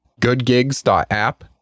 goodgigs.app